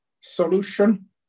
solution